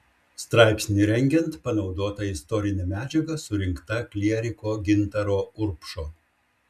straipsnį rengiant panaudota istorinė medžiaga surinkta klieriko gintaro urbšo